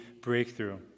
breakthrough